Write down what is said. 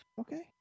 Okay